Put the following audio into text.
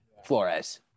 Flores